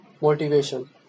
motivation